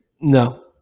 No